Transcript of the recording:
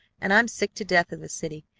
and i'm sick to death of the city.